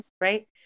right